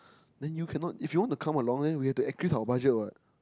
then you cannot if you wanna come along then we have to increase our budget what